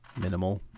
minimal